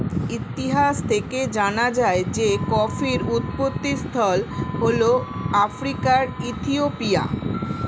ইতিহাস থেকে জানা যায় যে কফির উৎপত্তিস্থল হল আফ্রিকার ইথিওপিয়া